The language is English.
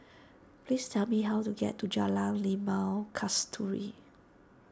please tell me how to get to Jalan Limau Kasturi